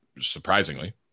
surprisingly